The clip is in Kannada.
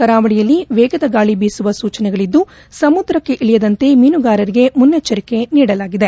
ಕರಾವಳಿಯಲ್ಲಿ ವೇಗದ ಗಾಳಿ ಬೀಸುವ ಸೂಚನೆಗಳಿದ್ದು ಸಮುದ್ರಕ್ಷೆ ಇಳಿಯದಂತೆ ಮೀನುಗಾರರಿಗೆ ಮುನ್ನೆಚ್ಡರಿಕೆ ನೀಡಲಾಗಿದೆ